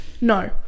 No